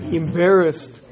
embarrassed